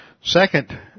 Second